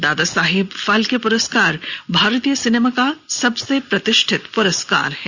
दादासाहेब फाल्के पुरस्कार भारतीय सिनेमा का सबसे प्रतिष्ठित पुरस्कार है